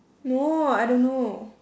no I don't know